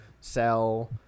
sell